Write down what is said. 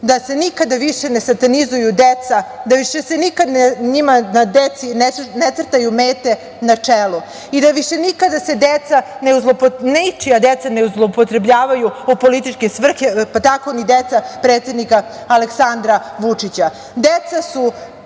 da se nikada više ne satanizuju deca, da se više nikada deci ne crtaju mete na čelu i da se više nikada ničija deca ne zloupotrebljavaju u političke svrhe, pa tako ni deca predsednika Aleksandra Vučića. Deca